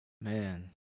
man